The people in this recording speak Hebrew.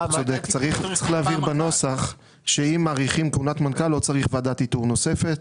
צריך להבהיר בנוסח שאם מאריכים כהונת מנכ"ל לא צריך ועדת איתור נוספת.